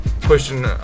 Pushing